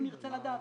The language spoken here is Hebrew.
אנחנו נרצה לדעת.